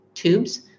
tubes